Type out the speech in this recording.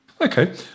Okay